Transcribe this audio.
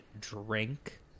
drink